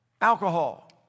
alcohol